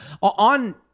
On